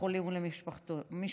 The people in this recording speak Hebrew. לחולים ולמשפחותיהם.